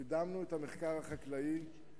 קידמנו את המחקר החקלאי,